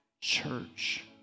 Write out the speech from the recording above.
church